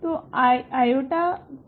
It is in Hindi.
तो i का f 0 है